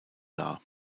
dar